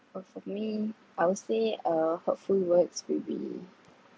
for me I would say uh hurtful words will be